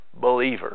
believer